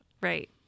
right